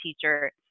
teacher